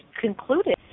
concluded